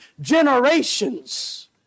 generations